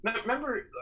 Remember